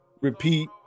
repeat